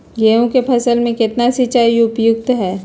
गेंहू के फसल में केतना सिंचाई उपयुक्त हाइ?